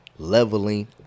Leveling